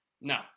No